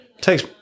takes